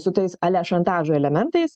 su tais ale šantažo elementais